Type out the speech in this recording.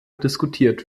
diskutiert